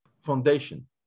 foundation